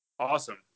Awesome